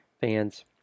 fans